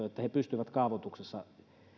että he pystyvät kaavoituksessa